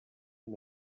amb